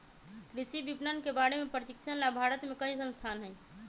कृषि विपणन के बारे में प्रशिक्षण ला भारत में कई संस्थान हई